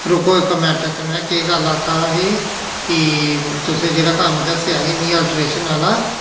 रुको इक मैंट ते में केह् गल्ल आक्खा दा ही कि तुसें जेहड़ा कम्म दस्सेआ ही मी अलट्रेशन आह्ला